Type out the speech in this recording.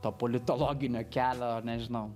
to politologinio kelio nežinau